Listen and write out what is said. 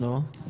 לא.